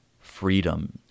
freedom